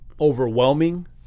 overwhelming